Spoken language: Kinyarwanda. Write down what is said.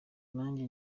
nanjye